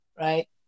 Right